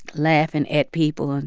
laughing at people. and,